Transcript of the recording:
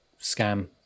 scam